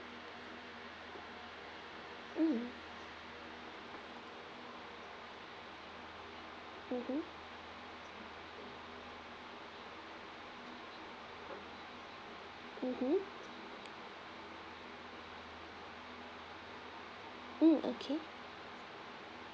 mm mmhmm mmhmm mm okay